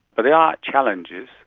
but there are challenges.